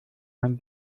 man